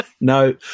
no